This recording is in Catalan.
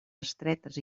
estretes